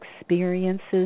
experiences